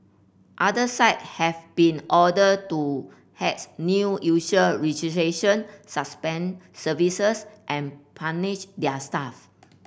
other site have been ordered to hat new usual registration suspend services and punish their staff